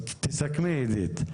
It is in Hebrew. אז תסכמי, אידית.